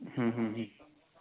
ਹੂੰ ਹੂੰ ਹੂੰ